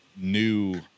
new